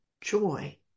joy